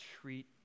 treat